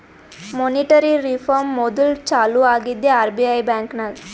monetary reform module ಚಾಲೂ ಆಗಿದ್ದೆ RBI ಬ್ಯಾಂಕ್ನಾಗ್